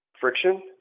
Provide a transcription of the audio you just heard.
friction